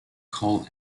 called